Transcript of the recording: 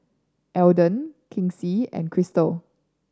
Alden Kinsey and Krystle